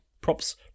Props